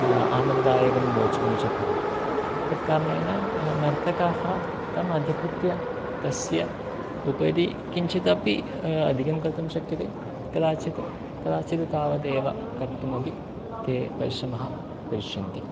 आनन्ददायकं रोचकं च भवेत् तत् कारणेन नर्तकाः तम् अधिकृत्य तस्य उपरि किञ्चित् अपि अधिकं कर्तुं शक्यते कदाचित् कदाचित् तावदेव कर्तुमपि ते परिश्रमः करिष्यन्ति